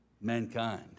mankind